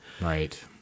Right